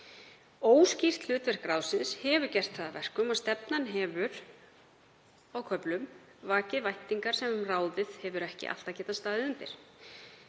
Óskýrt hlutverk ráðsins hefur gert það að verkum að stefnan hefur á köflum vakið væntingar sem ráðið hefur ekki alltaf getað staðið undir.